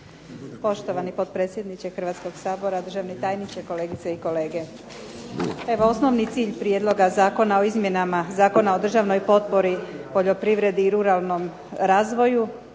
Poštovani potpredsjedniče Hrvatskog sabora, državni tajniče, kolegice i kolege. Evo osnovni cilj prijedloga Zakona o izmjenama Zakona o državnoj potpori poljoprivredi i ruralnom razvoju